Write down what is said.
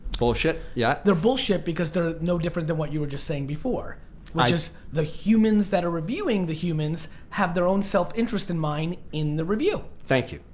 bullshit, yeah. they're bullshit because they're no different than what you were just saying before, which is the humans that are reviewing the humans have their own self-interest in mind in the review. thank you,